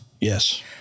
Yes